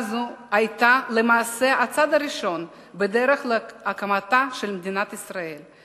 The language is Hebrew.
היתה למעשה הצעד הראשון בדרך להקמתה של מדינת ישראל,